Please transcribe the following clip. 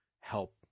help